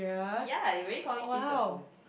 ya they really call me cheese tofu